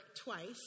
twice